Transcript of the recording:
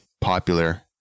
popular